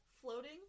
floating